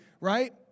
right